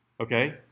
Okay